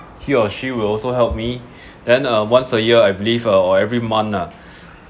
he or she will also help me then uh once a year I believe or every month lah